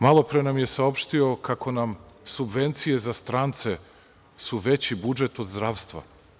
Malopre nam je saopštio kako su nam subvencije za strance veće od budžeta za zdravstvo.